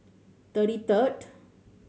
thirty third